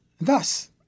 thus